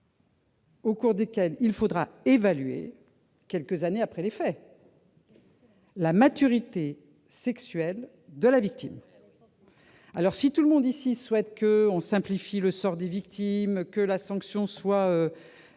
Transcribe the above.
au cours desquels il faudra évaluer, quelques années après les faits, la maturité sexuelle de la victime. Eh oui ! Si tout le monde ici souhaite que l'on simplifie le sort des victimes et que l'on fasse en sorte